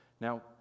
Now